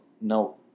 No